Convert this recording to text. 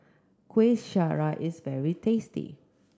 Kueh Syara is very tasty